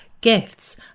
gifts